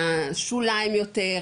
השוליים יותר,